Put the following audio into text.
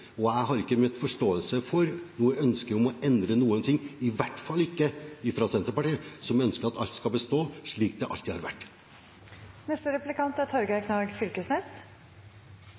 i hvert fall ikke fra Senterpartiet, som ønsker at alt skal bestå slik det alltid har vært. Torgeir Knag Fylkesnes